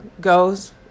goes